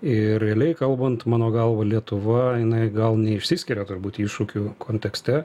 ir realiai kalbant mano galva lietuva jinai gal neišsiskiria turbūt iššūkių kontekste